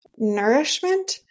nourishment